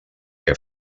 què